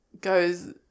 goes